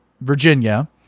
Virginia